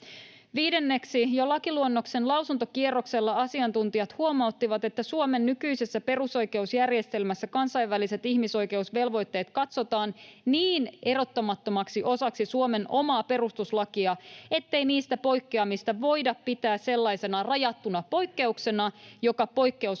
Viidenneksi jo lakiluonnoksen lausuntokierroksella asiantuntijat huomauttivat, että Suomen nykyisessä perusoikeusjärjestelmässä kansainväliset ihmisoikeusvelvoitteet katsotaan niin erottamattomaksi osaksi Suomen omaa perustuslakia, ettei niistä poikkeamista voida pitää sellaisena rajattuna poikkeuksena, joka poikkeuslakina